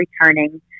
returning